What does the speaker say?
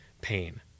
pain